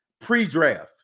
pre-draft